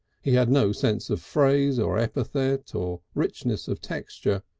he had no sense of phrase or epithet or richness of texture,